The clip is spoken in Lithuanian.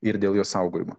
ir dėl jos saugojimo